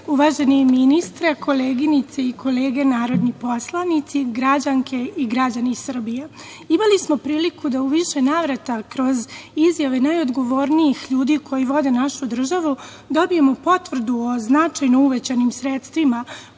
ministre, koleginice i kolege narodni poslanici, građanke i građani Srbije, imali smo priliku da u više navrata kroz izjave najodgovornijih ljudi koji vode našu državu dobijemo potvrdu o značajno uvećanim sredstvima